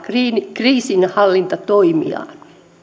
kriisinhallintatoimiaan